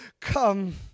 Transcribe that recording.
come